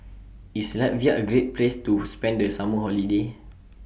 IS Latvia A Great Place to spend The Summer Holiday